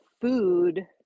food